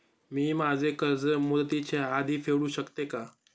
मी माझे कर्ज मुदतीच्या आधी फेडू शकते का?